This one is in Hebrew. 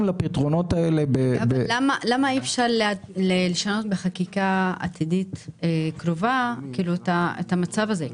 למה אי אפשר לשנות בחקיקה עתידית קרובה את המצב הזה?